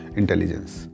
intelligence